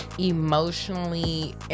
emotionally